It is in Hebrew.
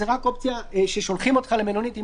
זו רק אופציה ששולחים אותך למלונית אם